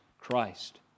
Christ